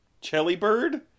Chelly-Bird